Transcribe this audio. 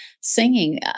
singing